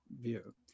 view